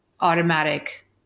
automatic